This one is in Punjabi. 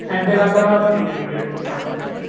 ਐਂਡ ਗੱਲ ਬਾਤ ਤੀ ਪੂਰੀ ਜਾਣੀ ਕਿ